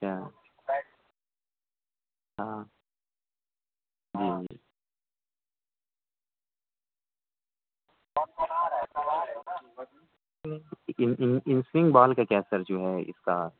کیا ہاں ہاں ان ان سونگ بال کا کیا سر جو ہے اس کا